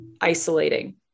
isolating